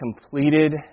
completed